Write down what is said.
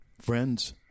friends